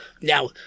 now